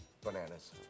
bananas